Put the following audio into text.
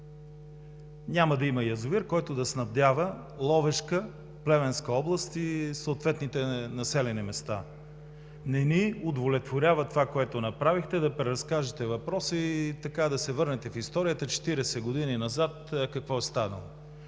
Няма да има язовир, който да снабдява Ловешка, Плевенска област и съответните населени места. Не ни удовлетворява това, което направихте – да преразкажете въпроса, да се върнете в историята 40 години назад какво е станало.